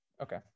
okay